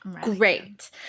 great